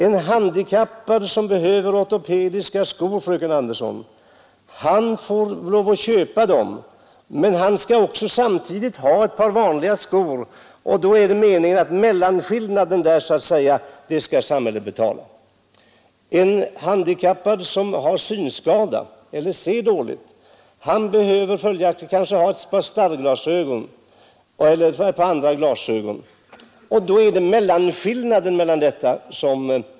En handikappad, som behöver ortopediska skor, får lov att köpa dem, men han skall i alla fall ha ett par vanliga skor, och då är det meningen att samhället skall betala mellanskillnaden. En handikappad som har synskada eller ser dåligt behöver kanske ha ett par starrglasögon eller någon sorts andra glasögon. Då betalar samhället mellanskillnaden.